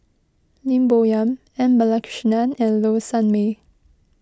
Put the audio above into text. Lim Bo Yam M Balakrishnan and Low Sanmay